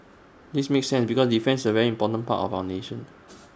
this makes sense because defence is very important part of our nation